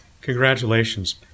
Congratulations